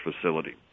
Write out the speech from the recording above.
facility